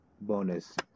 bonus